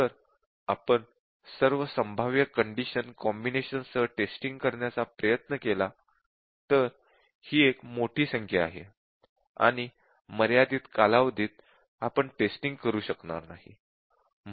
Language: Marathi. जर आपण सर्व संभाव्य कंडिशन कॉम्बिनेशन्स सह टेस्टिंग करण्याचा प्रयत्न केला तर हि एक मोठी संख्या आहे आणि मर्यादित कालावधीत आपण टेस्टिंग करू शकणार नाही